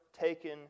taken